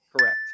Correct